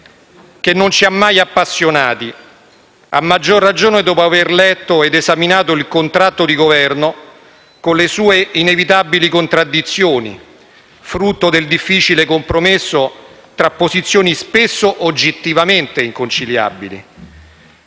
che non ci ha mai appassionati, a maggior ragione dopo aver letto ed esaminato il contratto di Governo, con le sue inevitabili contraddizioni, frutto del difficile compromesso tra posizioni spesso oggettivamente inconciliabili.